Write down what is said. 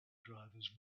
drivers